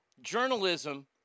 journalism